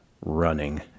running